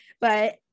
But-